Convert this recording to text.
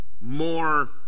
more